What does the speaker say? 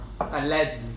Allegedly